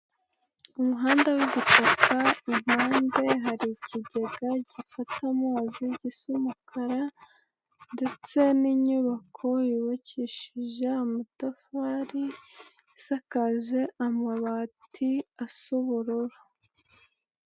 Umuhanda w'igitaka, impande hari ikigega gifata amazi, gisa umukara ndetse n'inyubako yubakishije amatafari ,isakaje amabati asa ubururu.